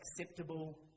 acceptable